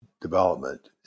development